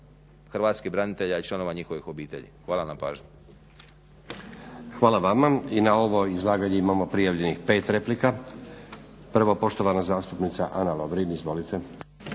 hrvatskih branitelja i članovima njihovim obitelji. Hvala na pažnji. **Stazić, Nenad (SDP)** Hvala i vama. I na ovo izlaganje imamo prijavljenih 5 replika. Prvo poštovana zastupnica Ana Lovrin, izvolite.